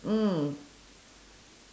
mm